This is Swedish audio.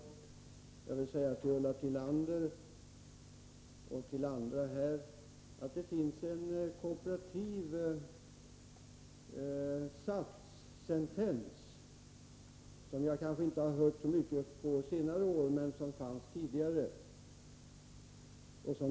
Jag vill säga till Ulla Tillander och till andra här att det finns en kooperativ sentens som jag inte har hört så mycket på senare år men som jag hörde tidigare.